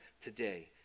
today